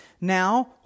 Now